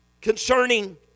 concerning